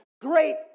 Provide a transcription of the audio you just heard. Great